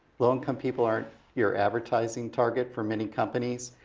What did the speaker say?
low income people are your advertising target for many companies.